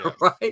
right